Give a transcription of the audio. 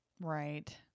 Right